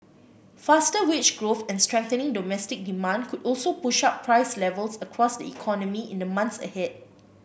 faster wage growth and strengthening domestic demand could also push up price levels across the economy in the months ahead